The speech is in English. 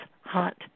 hot